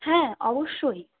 হ্যাঁ অবশ্যই